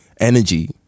energy